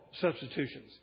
substitutions